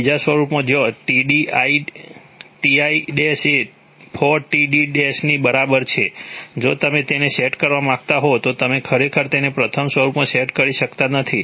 બીજા સ્વરૂપમાં જ્યાં Ti એ 4Tdની બરાબર છે જો તમે તેને સેટ કરવા માંગતા હો તો તમે ખરેખર તેને પ્રથમ સ્વરૂપમાં સેટ કરી શકતા નથી